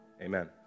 Amen